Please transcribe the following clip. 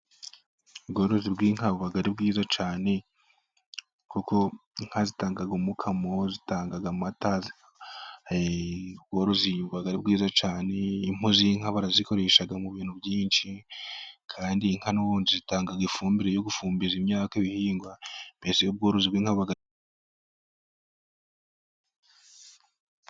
Ubworozi bw'inka buba ari bwiza cyane, kuko inka zitanga umukamo, zitanga amata, ubworozi bubaga ari bwiza cane. Impu z'inka barazikoresha mu bintu byinshi, kandi inka n'ubundi zitanga ifumbire yo gufumbiza imyaka, ibihingwa, mbese ubworozi bw'inka buba.............